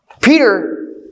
Peter